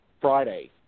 Friday